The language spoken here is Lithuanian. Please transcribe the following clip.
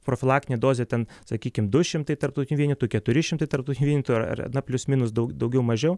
profilaktinė dozė ten sakykim du šimtai tarptautinių vienetų keturi šimtai tarptautinių vienetų ar na plius minus dau daugiau mažiau